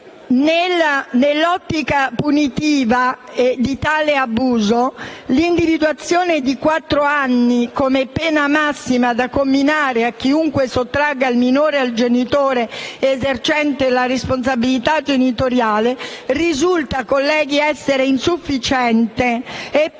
Nell'ottica punitiva di tale abuso, l'individuazione in quattro anni della pena massima comminata a chiunque sottragga il minore al genitore esercente la responsabilità genitoriale risulta essere insufficiente e poco